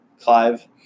Clive